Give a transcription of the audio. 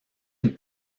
une